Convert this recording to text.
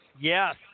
Yes